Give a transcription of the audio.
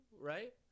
right